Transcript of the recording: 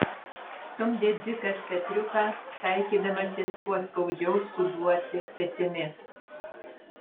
stumdė dzikas petriuką taikydamasis kuo skaudžiau suduoti petimi